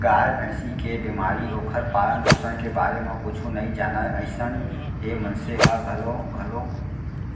गाय, भँइसी के बेमारी, ओखर पालन, पोसन के बारे म कुछु नइ जानय अइसन हे मनसे ह घलौ घलोक